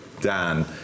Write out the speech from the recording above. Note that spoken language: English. Dan